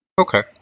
Okay